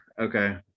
okay